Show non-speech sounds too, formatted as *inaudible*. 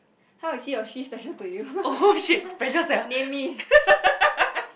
how is he or she special to you *laughs* name me